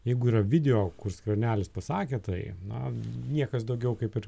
jeigu yra video kur skvernelis pasakė tai na niekas daugiau kaip ir